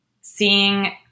seeing